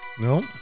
No